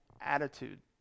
attitude